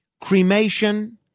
cremation